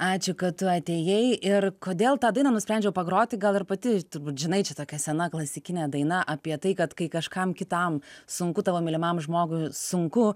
ačiū kad tu atėjai ir kodėl tą dainą nusprendžiau pagroti gal ir pati turbūt žinai čia tokia sena klasikinė daina apie tai kad kai kažkam kitam sunku tavo mylimam žmogui sunku